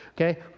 Okay